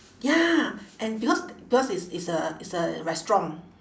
ya and because because it's it's a it's a restaurant